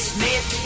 Smith